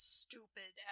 stupid